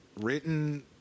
written